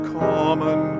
common